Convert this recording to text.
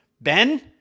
ben